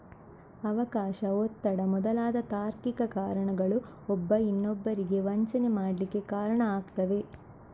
ಅವಕಾಶ, ಒತ್ತಡ ಮೊದಲಾದ ತಾರ್ಕಿಕ ಕಾರಣಗಳು ಒಬ್ಬ ಇನ್ನೊಬ್ಬರಿಗೆ ವಂಚನೆ ಮಾಡ್ಲಿಕ್ಕೆ ಕಾರಣ ಆಗ್ತವೆ